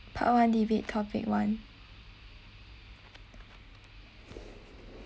part one debate topic one